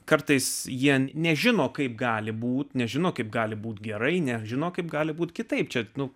kartais jie nežino kaip gali būti nežino kaip gali būti gerai nežino kaip gali būti kitaip šaknų